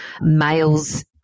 males